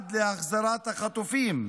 עד להחזרת החטופים.